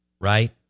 right